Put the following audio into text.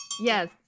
Yes